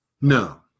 No